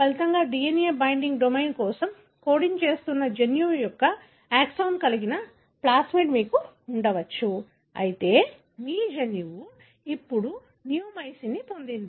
ఫలితంగా DNA binding domain కోసం coding చేస్తున్న జన్యువు యొక్క ఎక్సాన్ కలిగిన ప్లాస్మిడ్ మీకు ఉండవచ్చు అయితే మీ జన్యువు ఇప్పుడు నియోమైసిన్ను పొందింది